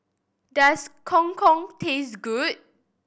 does Gong Gong taste good